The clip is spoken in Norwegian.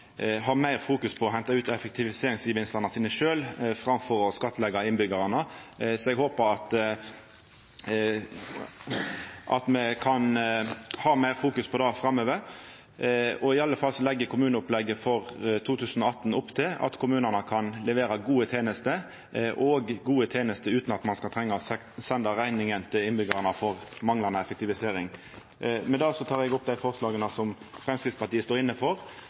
fokusera meir på å henta ut effektiviseringsgevinstane sine sjølve, framfor å skattleggja innbyggjarane. Eg håpar at me kan fokusera meir på det framover. I alle fall legg kommuneopplegget for 2018 opp til at kommunane kan levera gode tenester – utan at ein skal trenga å senda rekninga til innbyggjarane for manglande effektivisering. Med det anbefaler eg innstillinga, som Framstegspartiet står